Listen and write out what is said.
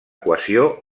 equació